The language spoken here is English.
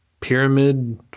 Pyramid